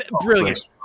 brilliant